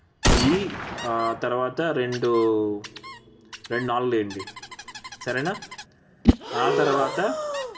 ఈ తర్వాత రెండు రెండు నాలుగు వేయండి సరేనా ఆ తర్వాత